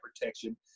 protection